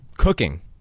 cooking